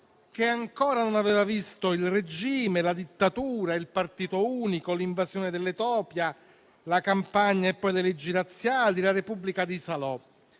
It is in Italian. che ancora non aveva visto il regime, la dittatura, il partito unico, l'invasione dell'Etiopia, la campagna e poi le leggi razziali, la Repubblica di Salò: